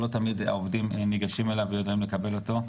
לא תמיד העובדים ניגשים אליו ויודעים לקבל אותו,